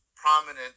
prominent